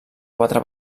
quatre